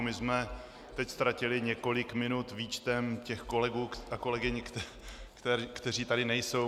My jsme teď ztratili několik minut výčtem kolegů a kolegyň, kteří tady nejsou.